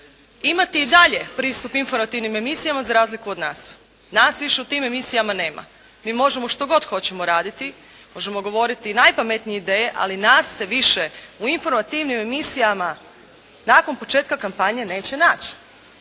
imati i dalje pristup informativnim emisijama za razliku od nas. Nas više u tim emisijama nema. Mi možemo što god hoćemo raditi, možemo govoriti i najpametnije ideje, ali nas se više u informativnim emisijama nakon početka kampanje neće naći.